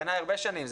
לדעתי כבר שנים רבות,